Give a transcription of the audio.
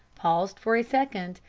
paused for a second,